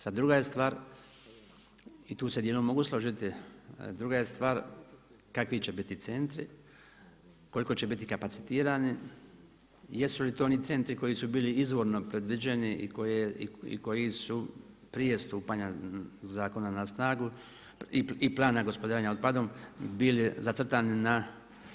Sad druga je stvari tu se dijelom mogu složiti, druga je stvar kakvi će biti centri, koliko će biti kapacitirani, jesu li to oni centri koji su bili izvorno predviđeni i koji su prije stupanja zakona na snagu i plana gospodarenja otpadom bili zacrtani na